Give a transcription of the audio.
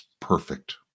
perfect